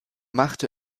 machte